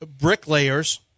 bricklayers